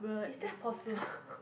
is that possible